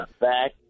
back